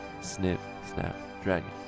snip-snap-dragon